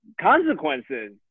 consequences